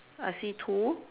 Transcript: I see two